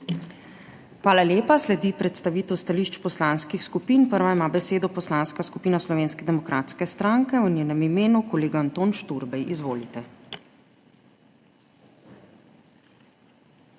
Hvala lepa. Sledi predstavitev stališč poslanskih skupin. Prva ima besedo Poslanska skupina Slovenske demokratske stranke, v njenem imenu kolega Anton Šturbej. Izvolite.